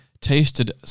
tasted